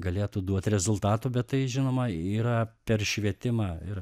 galėtų duot rezultatų bet tai žinoma yra per švietimą ir